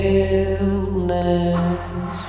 illness